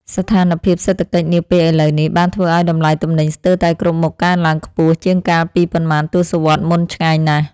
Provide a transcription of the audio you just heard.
ស្ថានភាពសេដ្ឋកិច្ចនាពេលឥឡូវនេះបានធ្វើឱ្យតម្លៃទំនិញស្ទើរតែគ្រប់មុខកើនឡើងខ្ពស់ជាងកាលពីប៉ុន្មានទសវត្សរ៍មុនឆ្ងាយណាស់។